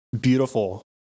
beautiful